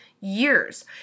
years